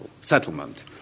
settlement